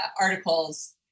articles